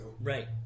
right